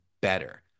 better